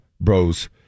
Bros